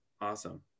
awesome